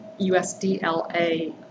usdla